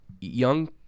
young